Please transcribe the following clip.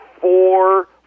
four